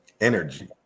energy